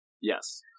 Yes